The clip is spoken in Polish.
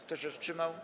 Kto się wstrzymał?